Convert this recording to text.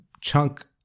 chunk